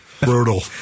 Brutal